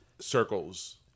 Circles